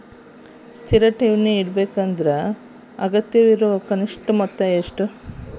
ಸ್ಥಿರ ಠೇವಣಿ ತೆರೇಲಿಕ್ಕೆ ಅಗತ್ಯವಿರೋ ಕನಿಷ್ಠ ಮೊತ್ತ ಎಷ್ಟು?